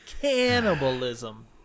cannibalism